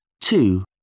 Two